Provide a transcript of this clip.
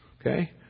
okay